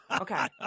Okay